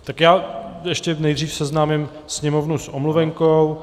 Tak já ještě nejdřív seznámím Sněmovnu s omluvenkou.